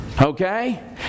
Okay